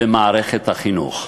במערכת החינוך.